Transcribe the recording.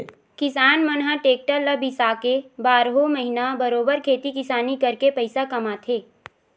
किसान मन ह टेक्टर ल बिसाके बारहो महिना बरोबर खेती किसानी करके पइसा कमाथे